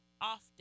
often